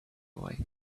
away